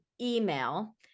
email